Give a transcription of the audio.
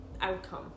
outcome